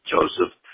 Joseph